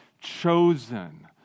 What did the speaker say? chosen